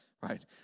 right